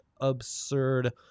absurd